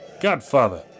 Godfather